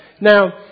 Now